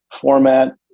format